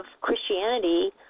Christianity